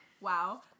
wow